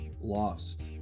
lost